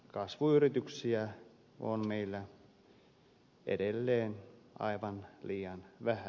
kasvuyrityksiä on meillä edelleen aivan liian vähän